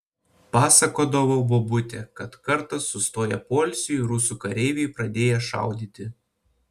pasakodavo bobutė kad kartą sustoję poilsiui rusų kareiviai pradėję šaudyti